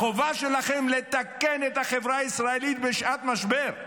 החובה שלכם לתקן את החברה הישראלית בשעת משבר,